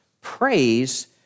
praise